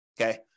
Okay